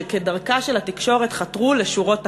שכדרכה של התקשורת חתרו לשורות תחתונות: